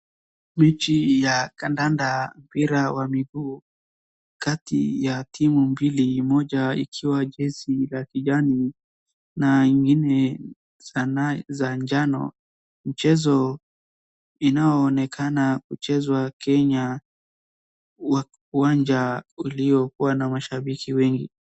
Mechi ya kandanda mpira wa miguu kati ya timu mbili moja ikiwa jezi la kijani na nyingine za njano. Mchezo inaoyonekana mchezo wa Kenya wa uwanja ulio washabiki wengi.